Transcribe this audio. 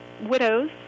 widows